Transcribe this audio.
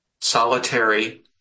solitary